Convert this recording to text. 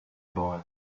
boy